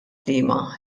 sliema